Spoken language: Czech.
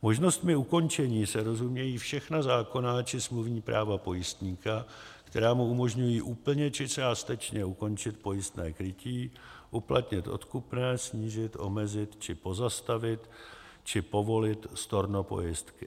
Možnostmi ukončení se rozumějí všechna zákonná či smluvní práva pojistníka, která mu umožňují úplně či částečně ukončit pojistné krytí, uplatnit odkupné, snížit, omezit či pozastavit či povolit storno pojistky.